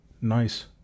nice